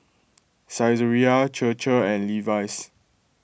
Saizeriya Chir Chir and Levi's